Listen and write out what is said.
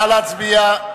נא להצביע.